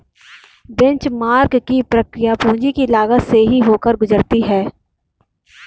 benchmark की प्रक्रिया पूंजी की लागत से ही होकर गुजरती है